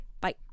bye